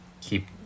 keep